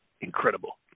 Incredible